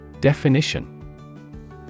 Definition